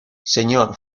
señor